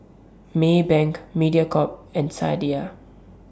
Maybank Mediacorp and Sadia